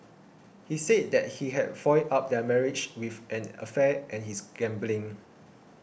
he said that he had fouled up their marriage with an affair and his gambling